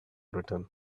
return